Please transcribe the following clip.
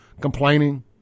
complaining